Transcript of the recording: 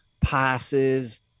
passes